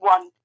One